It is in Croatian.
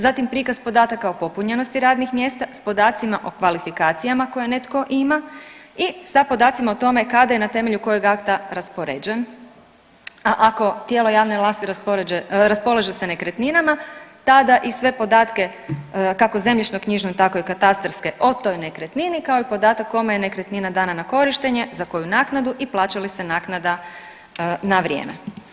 Zatim prikaz podataka o popunjenosti radnih mjesta s podacima o kvalifikacijama koje netko ima i sa podacima o tome kada je i na temelju kojeg akta raspoređen, a ako tijelo javne vlasti raspolaže sa nekretninama, tada i sve podatke kako zemljišnoknjižno, tako i katastarske o toj nekretnini, kao i podatke kome je nekretnina dana na korištenje, za koju naknadu i plaća li se naknada na vrijeme.